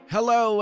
Hello